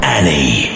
Annie